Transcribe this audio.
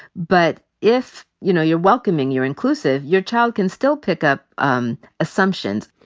but if, you know, you're welcoming, you're inclusive, your child can still pick up um assumptions.